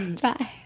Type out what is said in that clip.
Bye